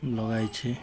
ଲଗାଇଛି